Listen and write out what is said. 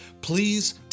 please